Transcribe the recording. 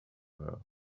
her